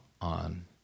on